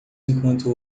enquanto